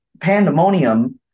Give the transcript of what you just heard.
pandemonium